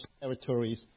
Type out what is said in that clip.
territories